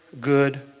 good